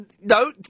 no